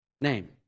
name